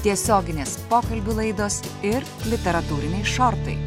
tiesioginės pokalbių laidos ir literatūriniai šortai